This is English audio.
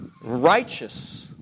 righteous